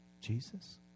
Jesus